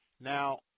Now